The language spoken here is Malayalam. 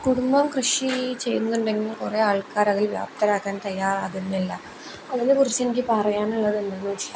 കുടുംബം കൃഷി ചെയ്യുന്നുണ്ടെങ്കിൽ കുറേ ആൾക്കാർ അതിൽ വ്യാപൃതരാകാൻ തയ്യാറകുന്നില്ല അതിനെക്കുറിച്ച് എനിക്ക് പറയാനുള്ളതെന്താണെന്ന് വെച്ചാൽ